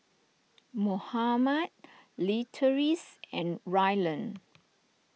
Mohammad Leatrice and Rylan